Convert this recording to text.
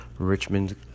Richmond